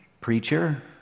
preacher